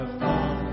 fall